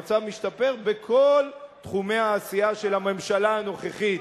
המצב משתפר בכל תחומי העשייה של הממשלה הנוכחית.